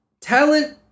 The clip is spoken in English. Talent